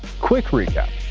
quick recap